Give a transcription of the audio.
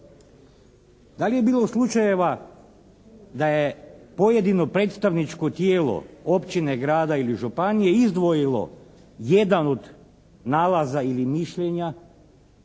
Da li je bilo slučajeva da je pojedino predstavničko tijelo općine, grada ili županije izdvojilo jedan od nalaza ili mišljenja